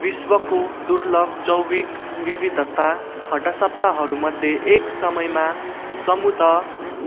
विश्वको दुर्लभ जैविक विविधता हटसप्ताहरूमध्ये एक यसमा समुद्र